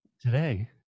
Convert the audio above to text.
Today